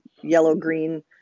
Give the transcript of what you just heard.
yellow-green